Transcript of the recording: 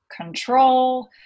control